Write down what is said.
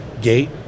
gate